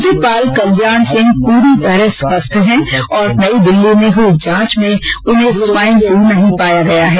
राज्यपाल कल्याण सिंह प्रीतरह स्वस्थ हैं और नई दिल्ली में हुई जांच में उन्हें स्वाइन फलू नहीं पाया गया है